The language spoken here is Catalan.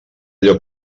allò